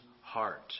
heart